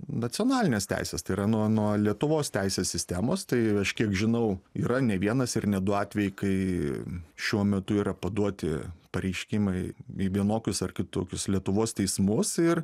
nacionalinės teisės tai yra nuo nuo lietuvos teisės sistemos tai aš kiek žinau yra ne vienas ir ne du atvejai kai šiuo metu yra paduoti pareiškimai į vienokius ar kitokius lietuvos teismus ir